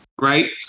right